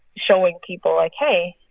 showing people, like, hey,